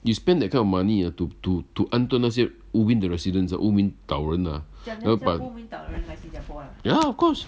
you spend that kind of money uh to to to 安顿那些 ubin the residents 乌敏岛人啊然后把 yeah of course